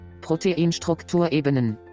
Proteinstrukturebenen